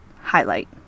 highlight